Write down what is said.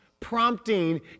prompting